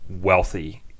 wealthy